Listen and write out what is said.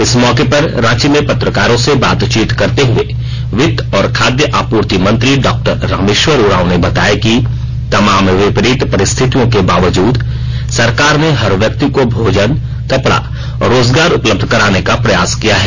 इस मौके पर रांची में पत्रकारों से बातचीत करते हुए वित्त और खाद्य आपूर्ति मंत्री डॉक्टर रामेश्वर उरांव ने बताया कि तमाम विपरित परिस्थितिर्यो के बावजूद सरकार ने हर व्यक्ति को भोजन कपड़ा और रोजगार उपलब्ध कराने का प्रयास किया है